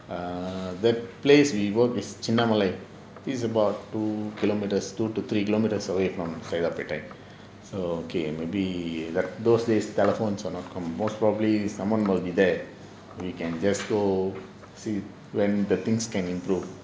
err the place we work is chinnamalai it's about two kilometres two to three kilometers away from saidapet so okay maybe like those days telephones are not common most probably someone will be there we can just go see when the things can improve